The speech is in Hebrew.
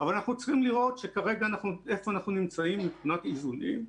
אבל אנחנו צריכים לראות איפה אנחנו נמצאים כרגע מבחינת איזונים,